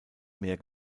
meer